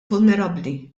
vulnerabbli